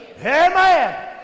Amen